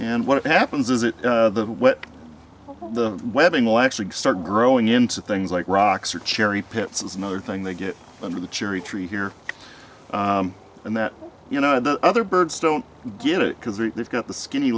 and what happens is it the the webbing will actually start growing into things like rocks or cherry pits is another thing they get under the cherry tree here and that you know the other birds don't get it because we've got the skinny